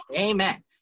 amen